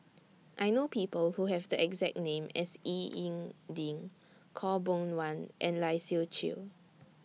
I know People Who Have The exact name as Ying E Ding Khaw Boon Wan and Lai Siu Chiu